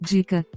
Dica